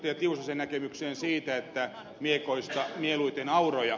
tiusasen näkemykseen siitä että miekoista mieluiten auroja